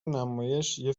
نمایش، یه